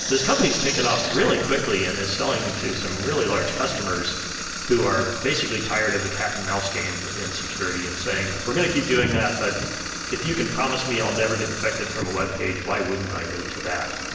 this company's taken off really quickly and is selling to some really large customers who are basically tired of the cat-and-mouse game in security and saying, we're going to keep doing that, but if you can promise me i'll never get infected from a webpage, why wouldn't i move to that?